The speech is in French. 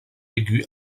aigu